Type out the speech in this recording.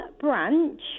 branch